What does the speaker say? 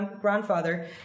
grandfather